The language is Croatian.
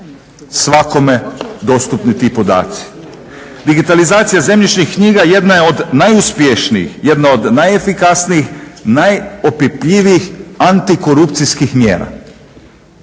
svakome dostupni ti podaci. Digitalizacija zemljišnih knjiga jedna je od najuspješnijih, jedna od najefikasnijih, najopipljivijih antikorupcijskih mjera.